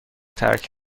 ترک